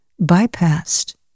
bypassed